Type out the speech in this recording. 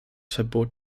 verbot